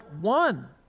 one